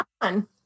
on